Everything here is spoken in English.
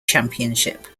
championship